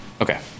Okay